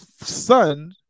son